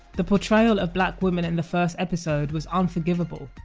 the portrayal of black women in the first episode was unforgivable,